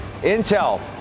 Intel